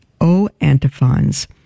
o-antiphons